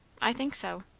i think so.